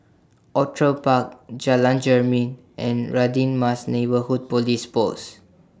Outram Bar Jalan Jermin and Radin Mas Neighbourhood Police Post